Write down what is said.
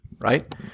right